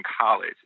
college